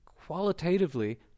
Qualitatively